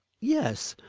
yes,